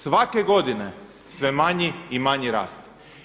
Svake godine sve manji i manji rast.